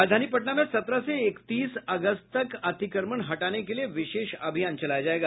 राजधानी पटना में सत्रह से इक्कतीस अगस्त तक अतिक्रमण हटाने के लिए विशेष अभियान चलाया जायेगा